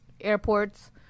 airports